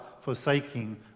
forsaking